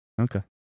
okay